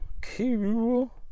Cool